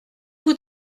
vous